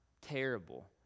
terrible